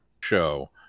show